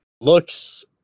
looks